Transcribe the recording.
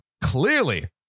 Clearly